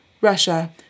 Russia